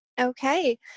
Okay